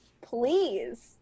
Please